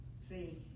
See